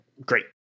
Great